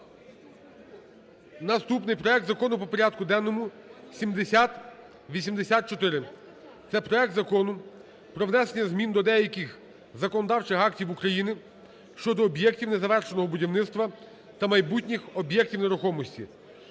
наступний проект закону по порядку денному - 7084. Це проект Закону про внесення змін до деяких законодавчих актів України щодо об'єктів незавершеного будівництва та майбутніх об'єктів нерухомості,